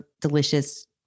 delicious